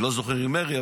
אני לא זוכר אם מרי,